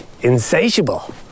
insatiable